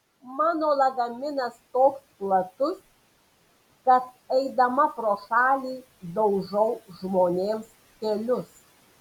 mano lagaminas toks platus kad eidama pro šalį daužau žmonėms kelius